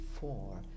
four